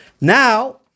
Now